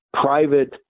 private